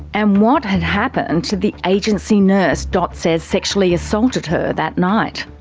and what had happened to the agency nurse dot says sexually assaulted her that night?